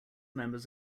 members